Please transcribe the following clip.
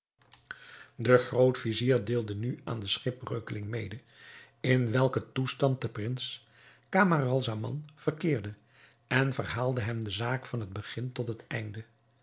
de groot-vizier deelde nu aan den schipbreukeling mede in welken toestand de prins camaralzaman verkeerde en verhaalde hem de zaak van het begin tot het einde